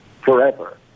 forever